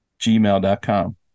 gmail.com